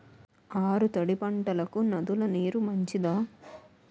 ఆరు తడి పంటలకు నదుల నీరు మంచిదా?